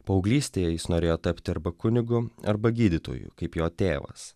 paauglystėje jis norėjo tapti arba kunigu arba gydytoju kaip jo tėvas